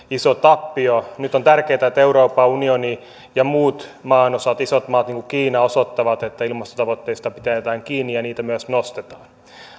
iso tappio nyt on tärkeää että euroopan unioni ja muut maanosat ja isot maat niin kuin kiina osoittavat että ilmastotavoitteista pidetään kiinni ja niitä myös nostetaan